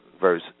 verse